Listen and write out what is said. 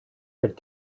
could